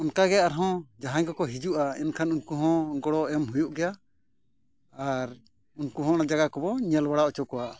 ᱚᱱᱠᱟᱜᱮ ᱟᱨᱦᱚᱸ ᱡᱟᱦᱟᱸᱭ ᱠᱚᱠᱚ ᱦᱤᱡᱩᱜᱼᱟ ᱮᱱᱠᱷᱟᱱ ᱩᱱᱠᱩ ᱦᱚᱸ ᱜᱚᱲᱚ ᱮᱢ ᱦᱩᱭᱩᱜ ᱜᱮᱭᱟ ᱟᱨ ᱩᱱᱠᱩ ᱦᱚᱸ ᱚᱱᱟ ᱡᱟᱭᱜᱟ ᱠᱚᱵᱚᱱ ᱧᱮᱞ ᱵᱟᱲᱟ ᱦᱚᱪᱚ ᱠᱚᱣᱟ